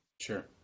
sure